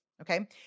Okay